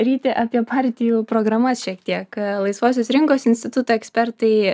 ryti apie partijų programas šiek tiek laisvosios rinkos instituto ekspertai